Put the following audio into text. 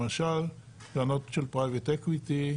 למשל קרנות של private equity,